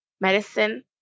medicine